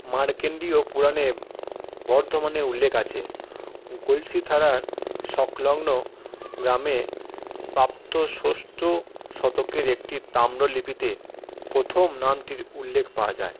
মার্কণ্ডেয় পুরাণে বর্ধমানের উল্লেখ আছে গলসি থানার সংলগ্ন গ্রামে প্রাপ্ত ষষ্ঠ শতকের একটি তাম্রলিপিতে প্রথম নামটির উল্লেখ পাওয়া যায়